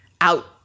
out